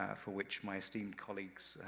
ah for which my esteemed colleagues,